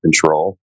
control